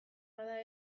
bada